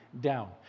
down